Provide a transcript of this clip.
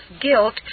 guilt